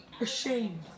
Ashamed